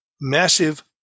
massive